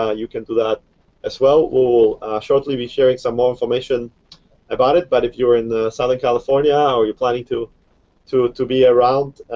ah you can do that as well. we will shortly be hearing some more information about it. but if you're in southern california or you're planning to to be around,